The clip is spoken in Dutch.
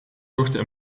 zochten